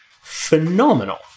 Phenomenal